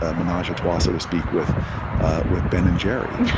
a menage a trois, so to speak, with with ben and jerry